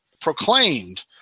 proclaimed